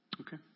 Okay